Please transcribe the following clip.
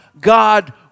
God